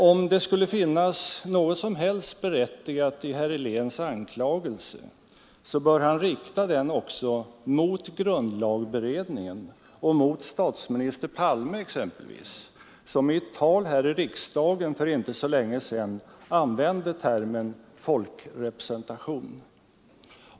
Om det skulle finnas något som helst berättigat i herr Heléns anklagelse, så bör han rikta den också mot grundlagberedningen och mot exempelvis statsminister Palme, som i ett tal här i riksdagen för inte så länge sedan använde termen ”folkrepresentation”.